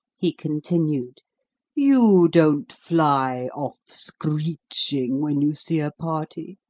he continued you don't fly off, screeching, when you see a party,